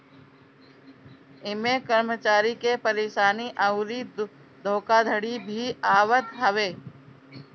इमें कर्मचारी के परेशानी अउरी धोखाधड़ी भी आवत हवे